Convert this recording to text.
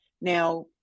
Now